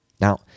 Now